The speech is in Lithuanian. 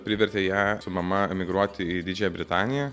privertė ją su mama emigruoti į didžiąją britaniją